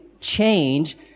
change